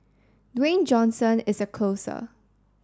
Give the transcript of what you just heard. Dwayne Johnson is a closer